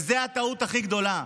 זאת הטעות הכי גדולה,